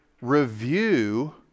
review